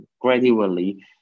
gradually